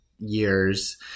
years